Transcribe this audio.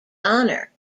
honour